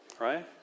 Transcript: right